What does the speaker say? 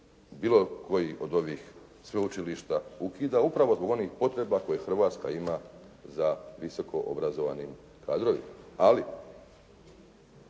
bilo koji od ovih sveučilišta ukida upravo zbog onih potreba koje Hrvatska ima za visoko obrazovanim kadrovima, ali